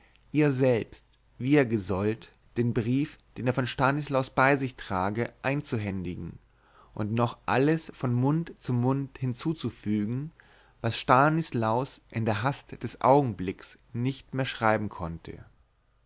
ihr selbst wie er gesollt den brief den er von stanislaus bei sich trage einzuhändigen und noch alles von mund zu mund hinzuzufügen was stanislaus in der hast des augenblicks nicht mehr schreiben konnte